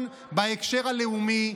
אה, אז אתה נגד מדינת הלכה.